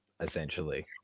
essentially